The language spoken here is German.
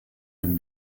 dem